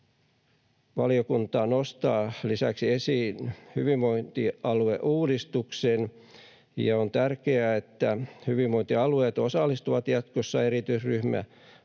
Valiokunta nostaa lisäksi esiin hyvinvointialueuudistuksen, ja on tärkeää, että hyvinvointialueet osallistuvat jatkossa erityisryhmäasuntojen